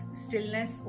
stillness